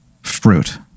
fruit